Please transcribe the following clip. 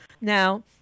Now